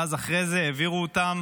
ואחרי זה העבירו אותן